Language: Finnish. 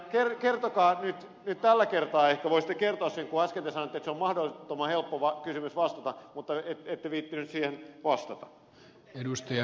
kertokaa se nyt tällä kertaa ehkä voisitte kertoa sen kun äsken te sanoitte että se on mahdottoman helppo kysymys vastata mutta ette viitsinyt siihen vastata